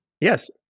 Yes